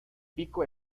pico